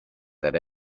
that